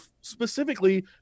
specifically